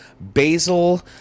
basil